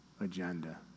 agenda